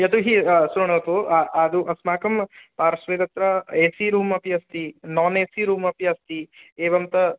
यतोहि शृणोतु आ आदौ अस्माकं पार्श्वे तत्र ए सी रूम् अपि अस्ति नान् ए सी रूम् अपि अस्ति एवं त